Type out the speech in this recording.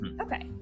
Okay